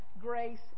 grace